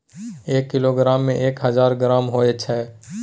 एक किलोग्राम में एक हजार ग्राम होय छै